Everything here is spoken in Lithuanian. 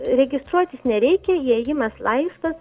registruotis nereikia įėjimas laisvas